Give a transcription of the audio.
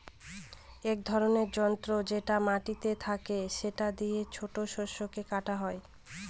এক ধরনের যন্ত্র যেটা মাটিতে থাকে সেটা দিয়ে ছোট শস্যকে কাটা হয়